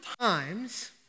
times